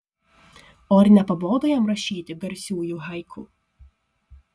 o ar nepabodo jam rašyti garsiųjų haiku